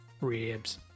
ribs